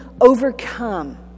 overcome